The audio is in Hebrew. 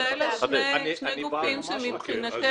נכון, אלו שני גופים שאנחנו יכולים לסמוך עליהם.